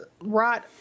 right